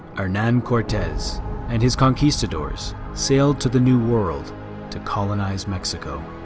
hernan cortes and his conquistadors sailed to the new world to colonize mexico.